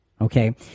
Okay